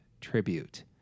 tribute